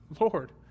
Lord